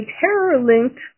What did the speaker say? terror-linked